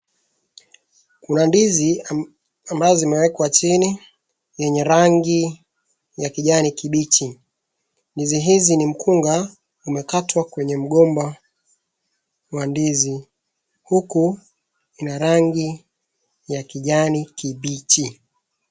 Kuna ambayo zimewekwa chini yenye rangi ya kijani kibichi. Ndizi hizi ni mkunga umekatwa kwenye mgomba wa ndizi huku ina rangi ya kijani kibichi.